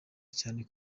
cyane